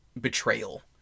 betrayal